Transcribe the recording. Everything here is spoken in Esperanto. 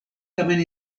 tamen